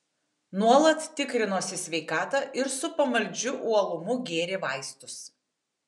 nuolat tikrinosi sveikatą ir su pamaldžiu uolumu gėrė vaistus